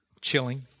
chilling